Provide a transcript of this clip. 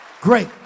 great